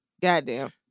Goddamn